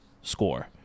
score